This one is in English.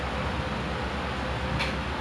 I think like plastic is really bad for us